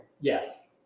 Yes